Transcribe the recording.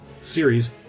series